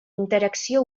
interacció